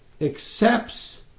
accepts